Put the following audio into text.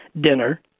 dinner